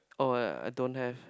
oh yea I don't have